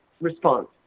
response